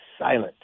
silent